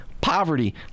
poverty